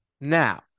Now